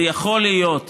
זה יכול להיות